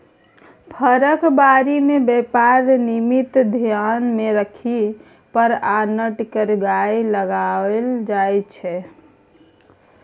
फरक बारी मे बेपार निमित्त धेआन मे राखि फर आ नट केर गाछ लगाएल जाइ छै